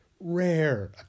rare